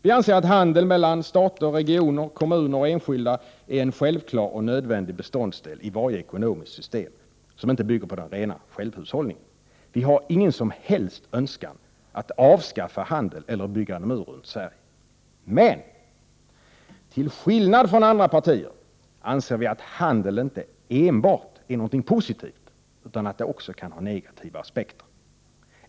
Vi anser att handel mellan stater, regioner, kommuner och enskilda är en självklar och nödvändig beståndsdel i varje ekonomiskt system som inte bygger på den rena självhushållningen. Vi har ingen som helst önskan att ”avskaffa handel” eller ”bygga en mur runt Sverige”. Men till skillnad från andra partier anser vi att handel inte enbart är någonting positivt utan också kan medföra negativa aspekter.